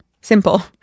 Simple